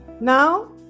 Now